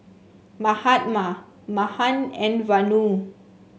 Mahatma Mahan and Vanu